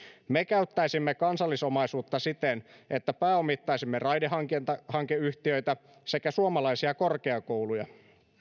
me käyttäisimme kansallisomaisuutta siten että pääomittaisimme raidehankeyhtiöitä sekä suomalaisia korkeakouluja